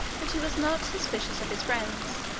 that he was not suspicious of his friends,